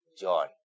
John